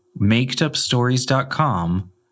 makedupstories.com